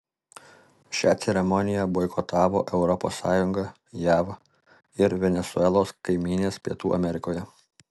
šią ceremoniją boikotavo europos sąjunga jav ir venesuelos kaimynės pietų amerikoje